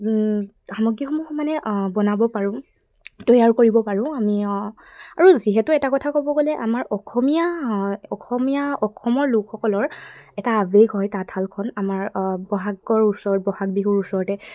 সামগ্ৰীসমূহ মানে বনাব পাৰোঁ তৈয়াৰ কৰিব পাৰোঁ আমি আৰু যিহেতু এটা কথা ক'ব গ'লে আমাৰ অসমীয়া অসমীয়া অসমৰ লোকসকলৰ এটা আৱেগ হয় তাঁতশালখন আমাৰ বহাগৰ ওচৰত বহাগ বিহুৰ ওচৰতে